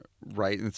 right